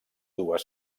dues